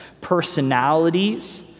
personalities